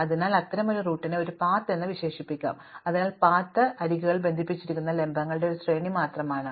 അതിനാൽ അത്തരമൊരു റൂട്ടിനെ ഒരു പാത്ത് എന്ന് വിശേഷിപ്പിക്കാം അതിനാൽ പാത്ത് അരികുകളാൽ ബന്ധിപ്പിച്ചിരിക്കുന്ന ലംബങ്ങളുടെ ഒരു ശ്രേണി മാത്രമാണ്